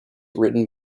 written